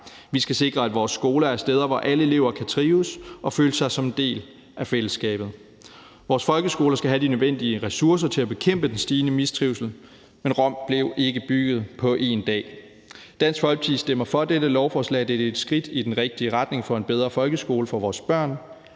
Vi skal sikre, at vores skoler er steder, hvor alle elever kan trives og føle sig som en del af fællesskabet. Vores folkeskoler skal have de nødvendige ressourcer til at bekæmpe den stigende mistrivsel, men Rom blev ikke bygget på en dag. Dansk Folkeparti stemmer for dette lovforslag, da det er et skridt i den rigtige retning for en bedre folkeskole for vores børn.